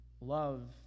love